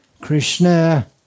Krishna